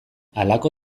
halako